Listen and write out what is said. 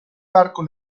parco